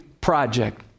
project